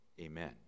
Amen